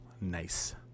Nice